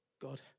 God